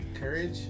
Courage